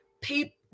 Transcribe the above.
People